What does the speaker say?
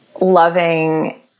loving